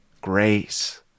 grace